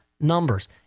numbers